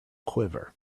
quiver